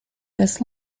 this